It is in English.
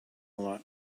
lot